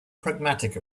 pragmatic